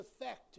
effect